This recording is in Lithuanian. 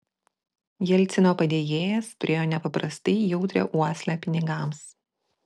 jelcino padėjėjas turėjo nepaprastai jautrią uoslę pinigams